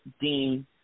Dean